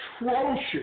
atrocious